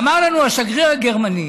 אמר לנו שגריר גרמניה,